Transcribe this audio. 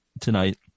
tonight